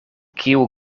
kiu